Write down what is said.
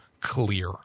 clear